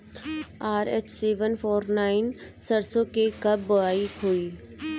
RH seven four nine सरसो के कब बुआई होई?